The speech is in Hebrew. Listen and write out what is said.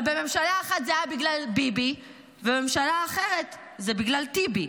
בממשלה אחת זה היה בגלל ביבי ובממשלה אחרת זה בגלל טיבי,